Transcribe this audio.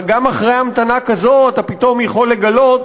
גם אחרי המתנה כזאת אתה פתאום יכול לגלות